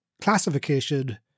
classification